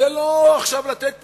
זה לא עכשיו לתת פיצוי.